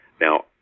Now